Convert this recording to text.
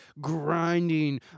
grinding